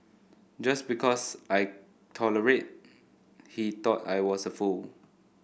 just because I tolerated he thought I was a fool